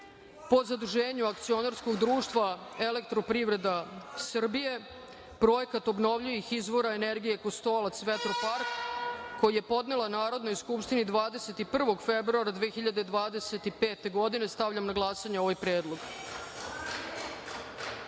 po zaduženju Akcionarskog društva „Elektroprivreda Srbije“ (Projekat obnovljivih izvora energije Kostolac – vetropark), koji je podnela Narodnoj skupštini 21. februara 2025. godine. Stavljam na glasanje ovaj predlog. Molim